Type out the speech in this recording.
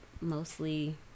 mostly